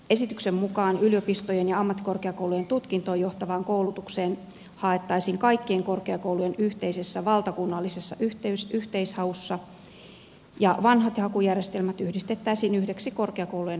esityksen mukaan yliopistojen ja ammattikorkeakoulujen tutkintoon johtavaan koulutukseen haettaisiin kaikkien korkeakoulujen yhteisessä valtakunnallisessa yhteishaussa ja vanhat hakujärjestelmät yhdistettäisiin yhdeksi korkeakoulujen hakujärjestelmäksi